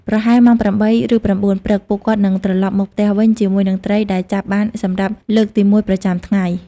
ប្រហែលម៉ោង ៨ ឬ ៩ ព្រឹក ពួកគាត់នឹងត្រឡប់មកផ្ទះវិញជាមួយនឹងត្រីដែលចាប់បានសម្រាប់លើកទីមួយប្រចាំថ្ងៃ។